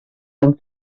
amb